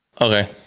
okay